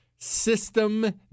System